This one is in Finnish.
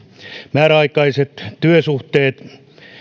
määräaikaiset työsuhteet